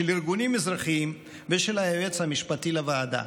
של ארגונים אזרחיים ושל היועץ המשפטי לוועדה.